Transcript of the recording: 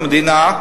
המדינה,